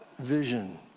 vision